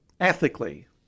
Ethically